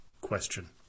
question